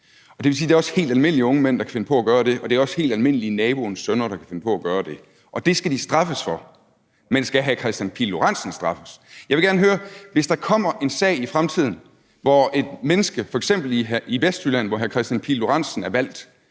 om. Det vil sige, at det også er helt almindelige unge mænd, der kan finde på at gøre det, og det er også helt almindelige naboens sønner, der kan finde på at gøre det, og det skal de straffes for. Men skal hr. Kristian Pihl Lorentzen straffes? Jeg vil gerne høre, om hr. Kristian Pihl Lorentzen, hvis der kommer en sag i fremtiden, hvor et menneske, f.eks. i Vestjylland, hvor hr. Kristian Pihl Lorentzen er valgt,